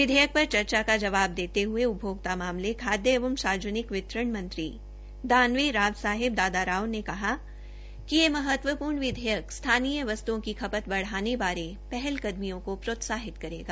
विधेयक पर चर्चा का जवाब देते हये उपभोक्ता मामले खाद्य एवं सार्वजनिक वितरण मंत्री दानवे राव साहिब दादाराव ने कहा कि यह महत्वपूर्ण विधेयक स्थानीय वस्त्ओं की खत बढ़ाने बारे पहलकदमियों को प्रोत्साहित करेगा